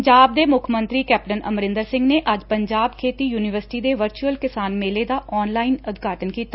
ਪੰਜਾਬ ਦੇ ਮੁੱਖ ਮੰਤਰੀ ਕੈਪਟਨ ਅਮਰਿੰਦਰ ਸਿੰਘ ਨੇ ਅੱਜ ਪੰਜਾਬ ਖੇਤੀ ਯੁਨੀਵਰਸਿਟੀ ਦੇ ਵਰਚੁਅਲ ਕਿਸਾਨ ਮੇਲੇ ਦਾ ਆਨਲਾਈਨ ਉਦਘਾਟਨ ਕੀਤਾ